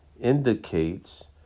indicates